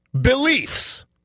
beliefs